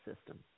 system